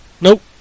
Nope